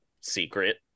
secret